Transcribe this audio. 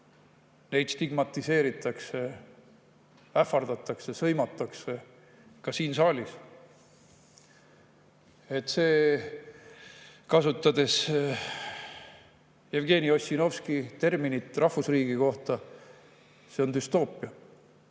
–, stigmatiseeritakse, ähvardatakse, sõimatakse, ka siin saalis. Kasutan Jevgeni Ossinovski terminit rahvusriigi kohta: see on düstoopia.